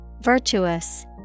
Virtuous